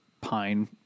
pine